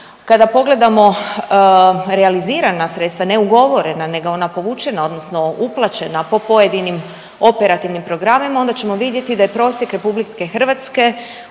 kada pogledamo realizirana sredstva, ne ugovorena nego ona povučena odnosno uplaćena po pojedinim operativnim programima, onda ćemo vidjeti da je prosjek RH u povlačenju